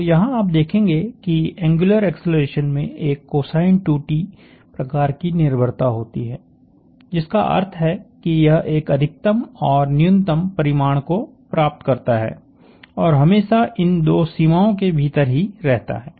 तो यहाँ आप देखेंगे कि एंग्यूलर एक्सेलरेशन में एक कोसाइन 2t प्रकार की निर्भरता होती है जिसका अर्थ है कि यह एक अधिकतम और न्यूनतम परिमाण को प्राप्त करता है और हमेशा इन दो सीमाओं के भीतर ही रहता है